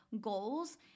goals